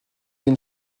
une